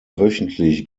wöchentlich